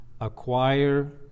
acquire